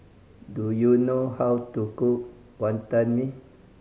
do you know how to cook Wonton Mee